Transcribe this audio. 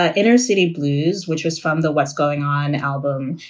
ah inner city blues, which was from the west going on album.